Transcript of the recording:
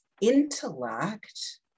intellect